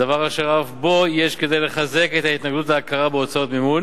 דבר אשר אף בו יש כדי לחזק את ההתנגדות להכרה בהוצאות מימון,